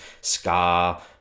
Scar